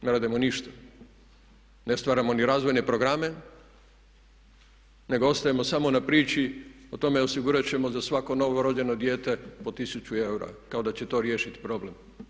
Ne radimo ništa, ne stvaramo ni razvojne programe, nego ostajemo samo na priči o tome osigurat ćemo za svako novorođeno dijete po 1000 eura kao da će to riješiti problem.